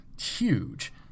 huge